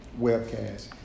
webcast